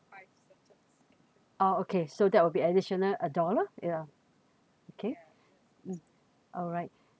oh okay so that will be additional a dollar ya okay mm alright